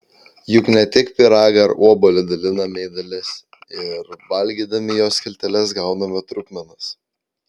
juk ne tik pyragą ar obuolį daliname į dalis ir valgydami jo skilteles gauname trupmenas